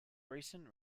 recent